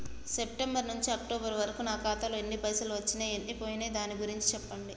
September నుంచి October వరకు నా ఖాతాలో ఎన్ని పైసలు వచ్చినయ్ ఎన్ని పోయినయ్ దాని గురించి చెప్పండి?